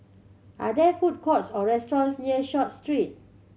are there food courts or restaurants near Short Street